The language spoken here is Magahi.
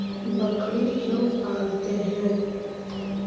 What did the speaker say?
बकरी क्यों पालते है?